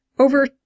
Over